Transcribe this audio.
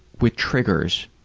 with triggers